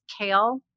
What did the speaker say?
kale